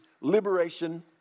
liberation